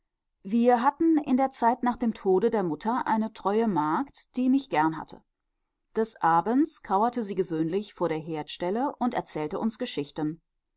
wir hatten in der zeit nach dem tode der mutter eine treue magd die mich gern hatte des abends kauerte sie gewöhnlich vor der herdstelle und erzählte uns geschichten